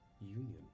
union